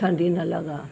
ठंडी न लगा